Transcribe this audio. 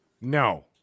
no